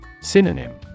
Synonym